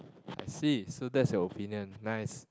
I see so that's your opinion nice